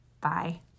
Bye